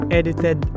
edited